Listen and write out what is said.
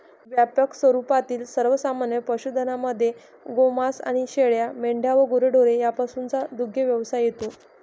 व्यापक स्वरूपातील सर्वमान्य पशुधनामध्ये गोमांस आणि शेळ्या, मेंढ्या व गुरेढोरे यापासूनचा दुग्धव्यवसाय येतो